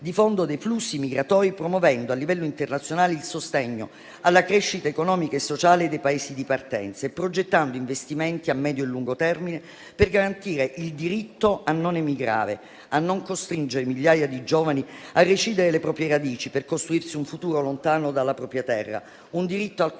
di fondo dei flussi migratori, promuovendo a livello internazionale il sostegno alla crescita economica e sociale dei Paesi di partenza e progettando investimenti a medio e lungo termine per garantire il diritto a non emigrare, a non costringere migliaia di giovani a recidere le proprie radici per costruirsi un futuro lontano dalla propria terra; un diritto al